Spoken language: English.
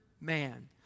man